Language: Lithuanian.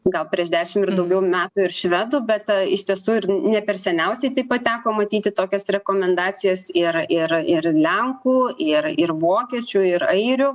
gal prieš dešim ir daugiau metų ir švedų bet iš tiesų ir ne per seniausiai taip pat teko matyti tokias rekomendacijas ir ir ir lenkų ir ir vokiečių ir airių